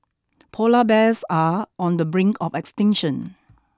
polar bears are on the brink of extinction